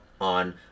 on